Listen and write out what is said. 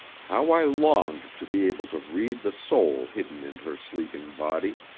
how i longed to be able to read the soul hidden in her sleeping body,